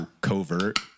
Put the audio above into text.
covert